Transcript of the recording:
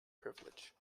privilege